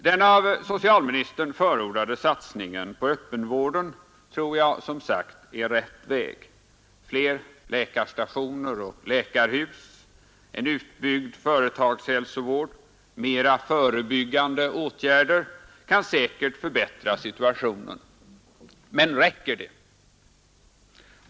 Den av socialministern förordade satsningen på öppenvården tror jag som sagt är rätt väg. Fler läkarstationer och läkarhus, en utbyggd företagshälsovård, mera förebyggande åtgärder kan säkert förbättra situationen. Men räcker det?